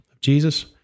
Jesus